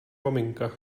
maminka